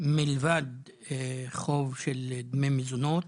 מלבד חוב של דמי מזונות,